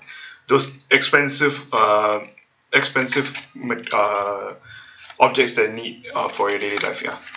those expensive um expensive ma~ uh objects that need uh for your daily life ya